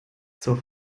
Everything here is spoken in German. zur